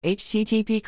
http